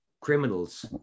criminals